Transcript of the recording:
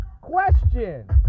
Question